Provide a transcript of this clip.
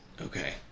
Okay